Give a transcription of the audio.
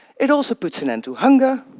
it also puts an end to hunger,